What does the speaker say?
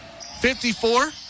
54